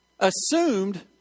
assumed